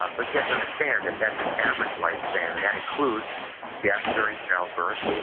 um but you have to understand that that's an average lifespan and that includes death during childbirth,